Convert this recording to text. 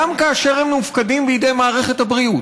גם כאשר הם מופקדים בידי מערכת הבריאות,